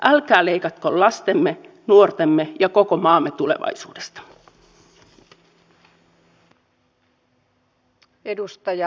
älkää leikatako lastemme nuortemme ja koko maamme tulevaisuudesta